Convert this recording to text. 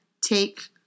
take